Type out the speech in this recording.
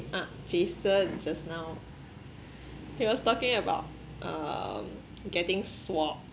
ah jason just now he was talking about um getting swabbed